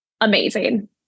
amazing